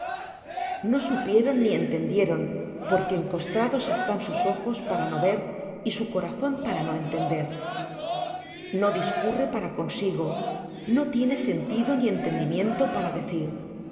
no supieron ni entendieron porque encostrados están sus ojos para no ver y su corazón para no entender no discurre para consigo no tiene sentido ni entendimiento para decir